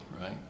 right